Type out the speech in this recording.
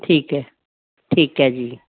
ਠੀਕ ਹੈ ਠੀਕ ਹੈ ਜੀ